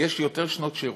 יש יותר שנות שירות,